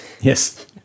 Yes